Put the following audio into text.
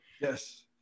Yes